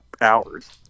hours